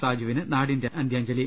സാജുവിന് നാടിന്റെ അന്ത്യാഞ്ജലി